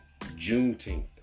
Juneteenth